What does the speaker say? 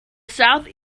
south